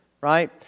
right